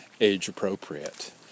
age-appropriate